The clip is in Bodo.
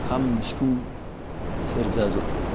खाम सिफुं सेरजा ज'था